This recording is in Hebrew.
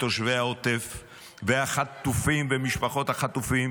בתושבי העוטף והחטופים ומשפחות החטופים.